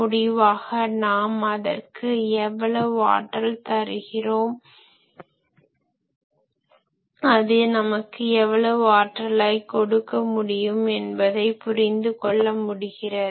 முடிவாக நாம் அதற்கு எவ்வளவு ஆற்றல் தருகிறோம் அது நமக்கு எவ்வளவு ஆற்றலை கொடுக்க முடியும் என்பதை புரிந்து கொள்ள முடிகிறது